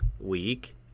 week